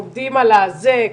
עומדים על הזה,